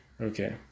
Okay